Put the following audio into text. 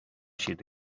siad